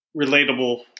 relatable